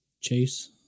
Chase